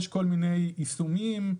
יש כל מיני יישומים,